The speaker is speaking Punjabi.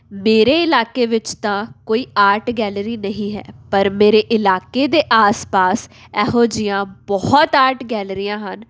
ਮੇਰੇ ਇਲਾਕੇ ਵਿੱਚ ਤਾਂ ਕੋਈ ਆਰਟ ਗੈਲਰੀ ਨਹੀਂ ਹੈ ਪਰ ਮੇਰੇ ਇਲਾਕੇ ਦੇ ਆਸ ਪਾਸ ਇਹੋ ਜਿਹੀਆਂ ਬਹੁਤ ਆਰਟ ਗੈਲਰੀਆਂ ਹਨ